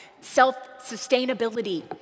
self-sustainability